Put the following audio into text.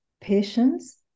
patience